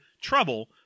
trouble